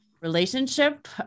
relationship